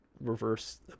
reverse